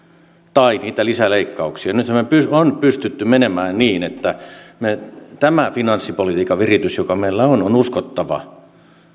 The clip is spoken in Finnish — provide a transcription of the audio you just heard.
tai niitä lisäleikkauksia olisi halunnut kukaan nythän me olemme pystyneet menemään niin että tämä finanssipolitiikan viritys joka meillä on on uskottava